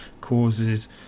causes